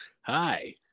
Hi